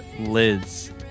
Liz